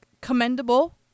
commendable